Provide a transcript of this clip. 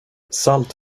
salt